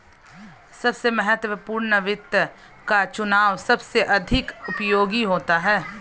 सबसे महत्वपूर्ण वित्त का चुनाव सबसे अधिक उपयोगी होता है